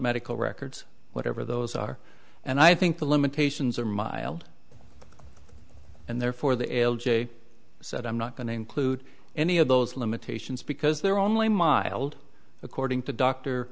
medical records whatever those are and i think the limitations are mild and therefore the l j said i'm not going to include any of those limitations because they're only mild according to